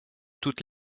toutes